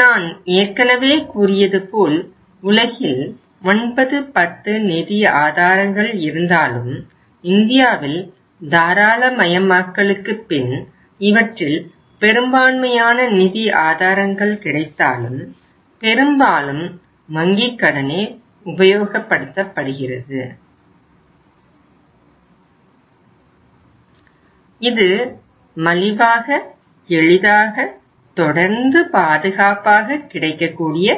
நான் ஏற்கனவே கூறியது போல் உலகில் 9 10 நிதி ஆதாரங்கள் இருந்தாலும் இந்தியாவில் தாராளமயமயமாக்கலுக்கு பின் இவற்றில் பெரும்பான்மையான நிதி ஆதாரங்கள் கிடைத்தாலும் பெரும்பாலும் வங்கி கடனே உபயோகப்படுத்தப்படுகிறது இது மலிவாக எளிதாக தொடர்ந்து பாதுகாப்பாக கிடைக்கக்கூடிய